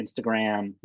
Instagram